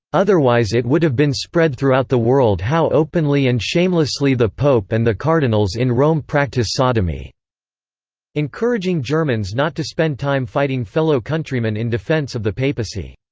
otherwise it would have been spread throughout the world how openly and shamelessly the pope and the cardinals in rome practice sodomy encouraging germans not to spend time fighting fellow countrymen in defense of the papacy.